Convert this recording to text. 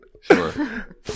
Sure